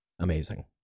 Amazing